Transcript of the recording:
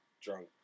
drunk